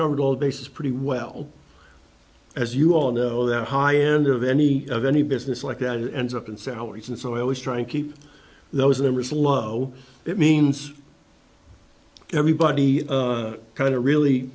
covered all bases pretty well as you all know that high end of any of any business like and ends up in salaries and so i always try and keep those numbers low it means everybody kind of really